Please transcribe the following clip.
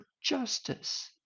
justice